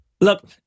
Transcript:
Look